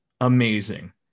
Amazing